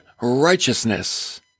righteousness